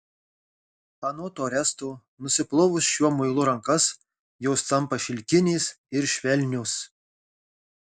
anot oresto nusiplovus šiuo muilu rankas jos tampa šilkinės ir švelnios